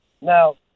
Now